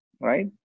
right